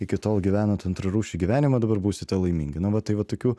iki tol gyvenot antrarūšį gyvenimą dabar būsite laimingi na va tai va tokių